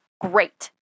great